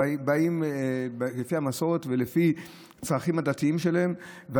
באים לפי המסורת ולפי הצרכים הדתיים שלהם,